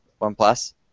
OnePlus